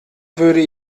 würde